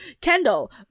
kendall